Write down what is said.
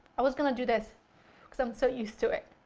i was going to do this, because i'm so used to it!